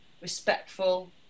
respectful